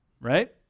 Right